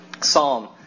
Psalm